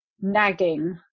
nagging